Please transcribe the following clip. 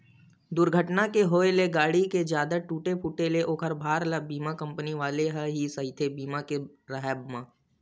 दूरघटना के होय ले गाड़ी के जादा टूटे फूटे ले ओखर भार ल बीमा कंपनी वाले ह ही सहिथे बीमा के राहब म